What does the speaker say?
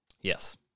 Yes